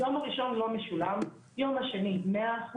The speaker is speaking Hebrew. היום הראשון לא משולם, היום השני משולם 100%,